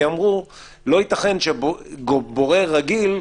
כי אמרו: לא ייתכן שבורר רגיל,